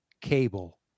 cable